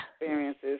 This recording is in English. experiences